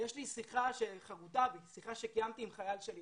יש לי שיחה שחרותה בי, שיחה שקיימתי עם חייל שלי